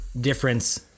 difference